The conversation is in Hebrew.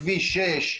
כביש 6,